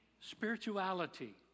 spirituality